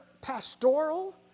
pastoral